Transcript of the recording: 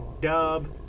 dub